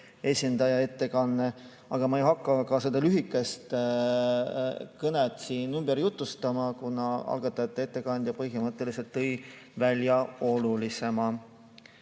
esindaja ettekanne, aga ma ei hakka seda lühikest kõnet siin ümber jutustama, kuna algatajate ettekandja tõi põhimõtteliselt olulisema